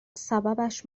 سببش